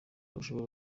bashobora